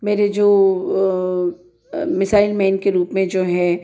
मेरे जो missile man के रूप में जो है